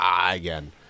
again